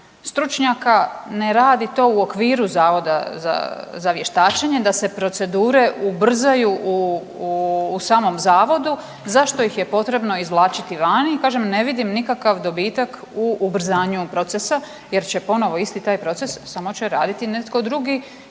stručnjaka ne radi to u okviru Zavoda za vještačenje, da se procedure ubrzaju u samom zavodu. Zašto ih je potrebno izvlačiti vani? Kažem ne vidim nikakav dobitak u ubrzanju procesa, jer će ponovo isti taj proces samo će raditi netko drugi